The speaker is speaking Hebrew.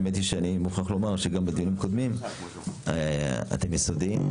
האמת היא שאני מוכרח לומר שגם בדיונים קודמים אתם יסודיים,